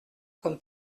comme